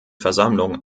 versammlung